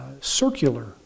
circular